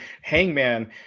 Hangman